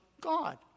God